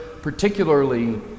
particularly